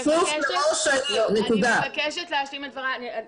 אני מבקשת להשלים את דבריי.